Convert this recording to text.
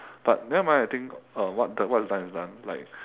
but nevermind I think uh what the what is done is done like